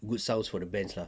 good sounds for the band lah